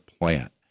plant